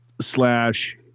slash